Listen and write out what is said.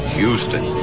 Houston